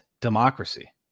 democracy